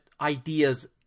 ideas